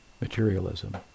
materialism